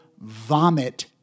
vomit